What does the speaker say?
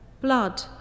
blood